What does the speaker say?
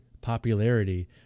popularity